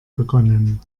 begonnen